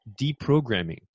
deprogramming